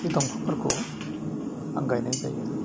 बि दफांफोरखौ आं गायनाय जायो